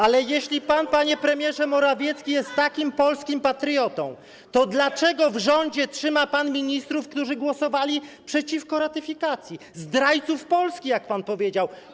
Ale jeśli pan, panie premierze Morawiecki, jest takim polskim patriotą, to dlaczego w rządzie trzyma pan ministrów, którzy głosowali przeciwko ratyfikacji, zdrajców Polski, jak pan powiedział?